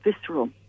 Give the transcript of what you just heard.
visceral